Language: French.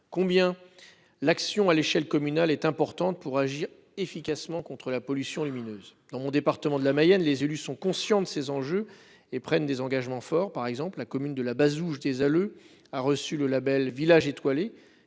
combien l'action à l'échelle communale est importante pour agir efficacement contre la pollution lumineuse dans mon département de la Mayenne, les élus sont conscients de ces enjeux et prennent des engagements forts, par exemple, la commune de La Bazouge des Halles a reçu le Label Village étoilés